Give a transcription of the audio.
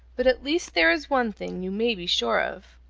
but at least there is one thing you may be sure of,